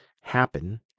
happen